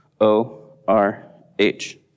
O-R-H